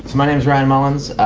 my name is ryan mullins.